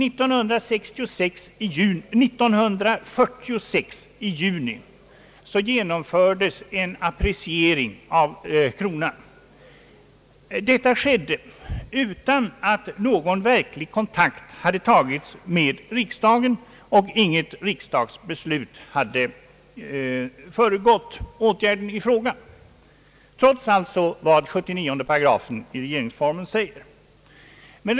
I juni 1946 genomfördes en appreciering av kronan, vilket skedde utan att någon kontakt i egentlig mening hade etablerats med riksdagen. Något riks .dagsbeslut hade alltså inte föregått åtgärden i fråga, detta trots vad som sägs i 79 § regeringsformen.